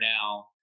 now